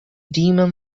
demon